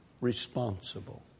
responsible